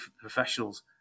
professionals